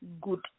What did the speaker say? Good